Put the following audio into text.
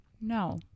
No